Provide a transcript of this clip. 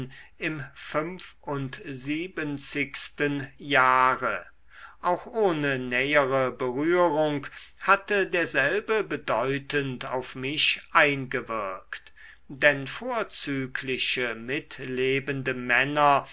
im fünfundsiebenzigsten jahre auch ohne nähere berührung hatte derselbe bedeutend auf mich eingewirkt denn vorzügliche mitlebende männer